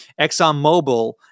ExxonMobil